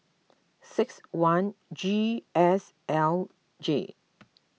six one G S L J